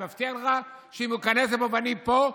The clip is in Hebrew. אני מבטיח לך שאם הוא ייכנס לפה ואני פה,